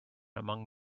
among